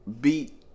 beat